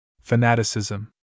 Fanaticism